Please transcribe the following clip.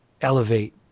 elevate